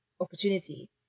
opportunity